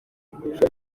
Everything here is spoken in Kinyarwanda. guca